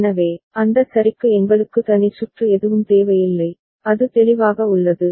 எனவே அந்த சரிக்கு எங்களுக்கு தனி சுற்று எதுவும் தேவையில்லை அது தெளிவாக உள்ளது